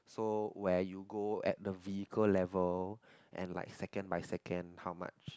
so where you go at the vehicle level and like second by second how much